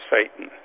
Satan